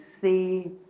see